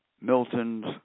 Milton's